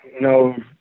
no